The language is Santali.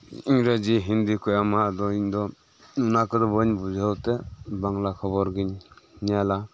ᱤᱝᱨᱮᱡᱤ ᱦᱤᱱᱫᱤ ᱠᱚ ᱮᱢᱟ ᱟᱫᱚ ᱤᱧ ᱫᱚ ᱚᱱᱟ ᱠᱚᱫᱚ ᱵᱟᱹᱧ ᱵᱩᱡᱷᱟᱹᱣ ᱛᱮ ᱵᱟᱝᱞᱟ ᱠᱷᱚᱵᱚᱨ ᱜᱤᱧ ᱧᱮᱞᱟ